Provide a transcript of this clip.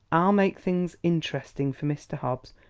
i'll make things interesting for mr. hobbs,